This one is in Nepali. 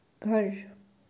घर